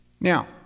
Now